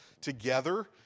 together